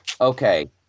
Okay